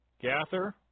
Gather